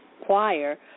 choir